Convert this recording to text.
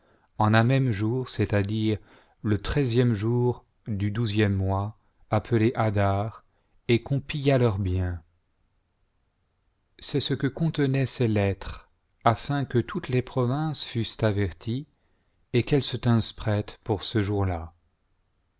en un même jour c'est-à-dire le treizième jour du douzième mois appelé adar et copie à leur bien c'est ce que contenaient ces lettres afin que toutes les provinces fussent averties et qu'elles se tinssent prêtes pour ce jour-là